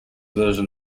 version